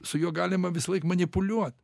su juo galima visąlaik manipuliuot